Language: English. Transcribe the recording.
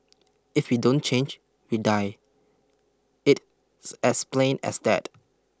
if we don't change we die it as plain as that